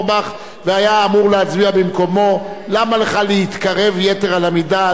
למה לך להתקרב יתר על המידה ליושב-ראש סיעת ישראל ביתנו?